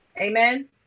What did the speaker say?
Amen